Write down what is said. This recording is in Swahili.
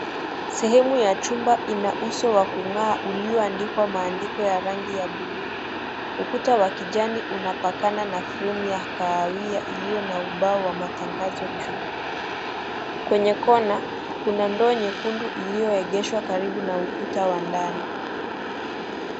Sehemu ya chumba, ana uso wa kung'aa ,ulioandikwa maandiko ya rangi ya blue .Ukuta wa kijani unapakana na frame ya kahawia, iliyo na ubao wa matangazo juu . Kwenye kona, kuna ndoo nyekundu iliyoegeshwa karibu na ukuta wa ndani.